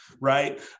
right